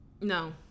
no